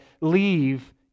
leave